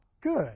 good